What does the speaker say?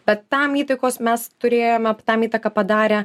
bet tam įtakos mes turėjome tam įtaką padarė